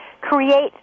create